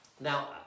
Now